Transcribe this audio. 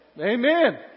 Amen